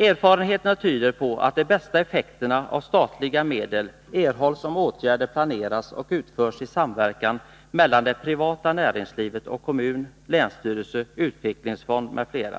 Erfarenheterna tyder på att de bästa effekterna av statliga medel erhålls, om åtgärder planeras och utförs i samverkan mellan det privata näringslivet och kommun, länsstyrelse, utvecklingsfond m.fl.